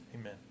Amen